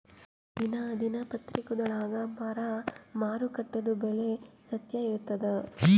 ದಿನಾ ದಿನಪತ್ರಿಕಾದೊಳಾಗ ಬರಾ ಮಾರುಕಟ್ಟೆದು ಬೆಲೆ ಸತ್ಯ ಇರ್ತಾದಾ?